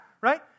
Right